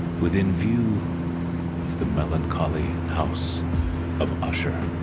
within view of the melancholy house of usher